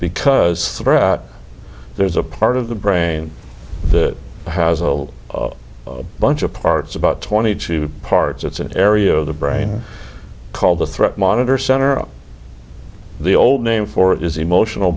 because there's a part of the brain that has a little bunch of parts about twenty two parts it's an area of the brain called the threat monitor center the old name for it is emotional